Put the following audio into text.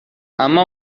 اما